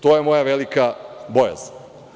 To je moja velika bojazan.